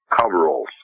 coveralls